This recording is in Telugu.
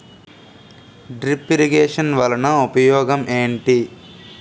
డ్రిప్ ఇరిగేషన్ వలన ఉపయోగం ఏంటి